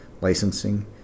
licensing